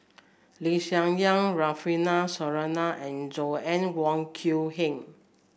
Lee Hsien Yang Rufino Soliano and Joanna Wong Quee Heng